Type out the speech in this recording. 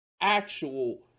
actual